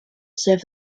serves